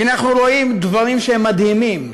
והנה אנחנו רואים דברים שהם מדהימים,